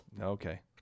Okay